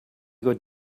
got